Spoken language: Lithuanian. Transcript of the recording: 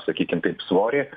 sakykim taip svorį